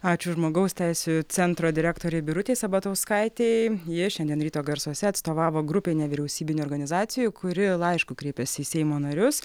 ačiū žmogaus teisių centro direktorei birutei sabatauskaitei ji šiandien ryto garsuose atstovavo grupei nevyriausybinių organizacijų kuri laišku kreipėsi į seimo narius